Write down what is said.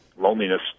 loneliness